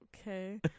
okay